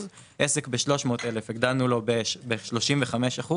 עסק ב-300,000 הגדלנו לו ב-35%.